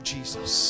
Jesus